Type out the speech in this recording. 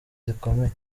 zikomeye